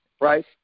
Right